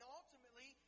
ultimately